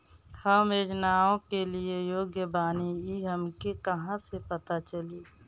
हम योजनाओ के लिए योग्य बानी ई हमके कहाँसे पता चली?